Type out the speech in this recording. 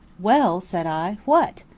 well, said i, what?